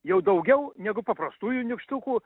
jau daugiau negu paprastųjų nykštukų